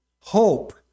Hope